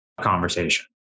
conversation